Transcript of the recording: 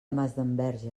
masdenverge